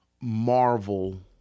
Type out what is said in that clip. Marvel